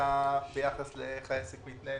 שאלה איך העסק מתנהל